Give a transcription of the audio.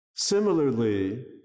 similarly